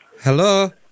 Hello